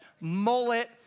mullet